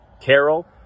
Carol